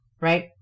right